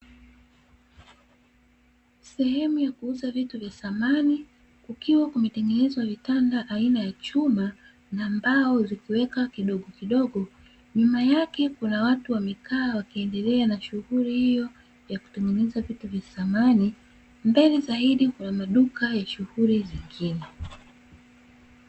Sehemu ya kuuza vitu vya samani, kukiwa kumetangenezwa vitanda vya chuma na mbao zikiwekwa kidogo kidogo. Nyuma yake kuna watu wamekaa wakiendelea na shughuli hiyo ya kutengeneza vitu vya samani, mbele zaidi kuna maduka ya shughuli zingine.